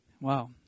Wow